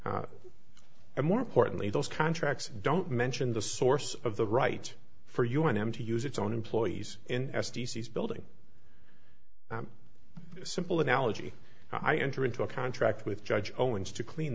c and more importantly those contracts don't mention the source of the right for un m to use its own employees in s d she's building simple analogy i enter into a contract with judge owens to clean